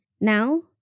now